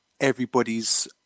everybody's